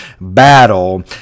battle